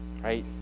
right